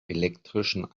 elektrischen